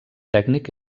tècnic